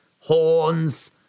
horns